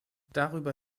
darüber